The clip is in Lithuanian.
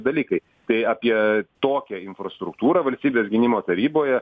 dalykai tai apie tokią infrastruktūrą valstybės gynimo taryboje